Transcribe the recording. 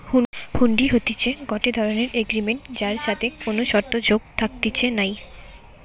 হুন্ডি হতিছে গটে ধরণের এগ্রিমেন্ট যার সাথে কোনো শর্ত যোগ থাকতিছে নাই